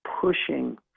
pushing